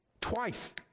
Twice